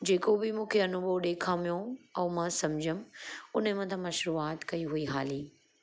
जेको बि मूंखे अनुभव ॾेखामियो ऐं मां समुझियमि उनजे मथां मां शुरुआति कई हुई हाली